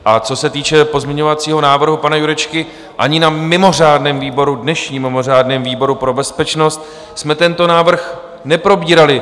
A co se týče pozměňovacího návrhu pana Jurečky, ani na mimořádném výboru, dnešním mimořádném výboru pro bezpečnost, jsme tento návrh neprobírali.